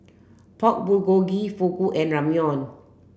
Pork Bulgogi Fugu and Ramyeon